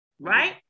right